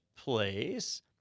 place